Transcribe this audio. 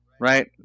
Right